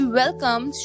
welcome